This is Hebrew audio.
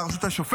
על הרשות השופטת,